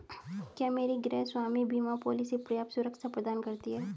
क्या मेरी गृहस्वामी बीमा पॉलिसी पर्याप्त सुरक्षा प्रदान करती है?